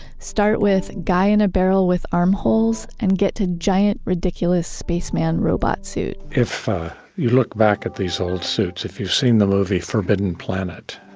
start with guy in a barrel with armholes, and get to giant, ridiculous spaceman robot suit if you look back at these old suits, if you've seen the movie forbidden planet,